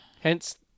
Hence